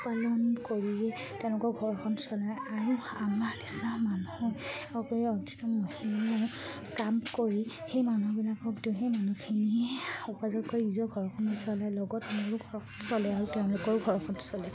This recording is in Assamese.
পালন কৰিয়ে তেওঁলোকৰ ঘৰখন চলায় আৰু আমাৰ নিচিনা মানুহ মহিলাও কাম কৰি সেই মানুহবিলাককতো সেই মানুহখিনিয়ে উপযোগ কৰি নিজৰ ঘৰখন চলায় লগত মোৰো ঘৰখন চলে আহোঁ তেওঁলোকৰো ঘৰখন চলায়